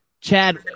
Chad